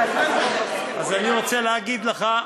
אז אני רוצה להגיד לך,